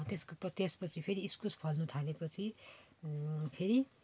त्यसको त्यस पछि फेरि इस्कुस फल्नु थाले पछि फेरि